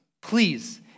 Please